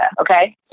okay